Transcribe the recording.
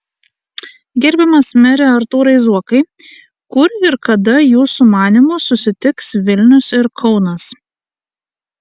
gerbiamas mere artūrai zuokai kur ir kada jūsų manymu susitiks vilnius ir kaunas